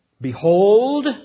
behold